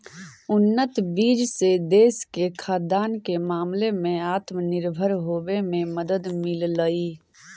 उन्नत बीज से देश के खाद्यान्न के मामले में आत्मनिर्भर होवे में मदद मिललई